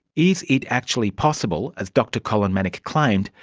is it actually possible, as dr colin manock claimed,